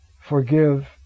Forgive